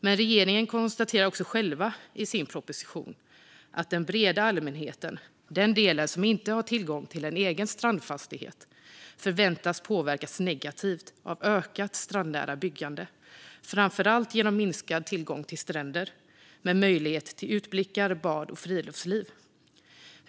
Men regeringen konstaterar också själv i sin proposition att den breda allmänheten, den del som inte har tillgång till en egen strandfastighet, förväntas påverkas negativt av ökat strandnära byggande, framför allt genom minskad tillgång till stränder med möjlighet till utblickar, bad och friluftsliv.